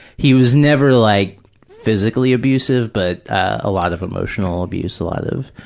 he was never like physically abusive, but a lot of emotional abuse, a lot of